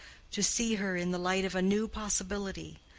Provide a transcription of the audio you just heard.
to see her in the light of a new possibility,